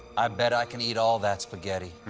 i bet i can eat all that spaghetti.